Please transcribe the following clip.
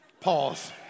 pause